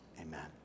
Amen